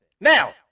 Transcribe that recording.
Now